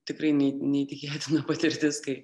tikrai nei neįtikėtina patirtis kai